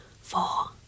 four